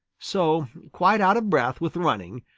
so, quite out of breath with running,